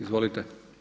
Izvolite.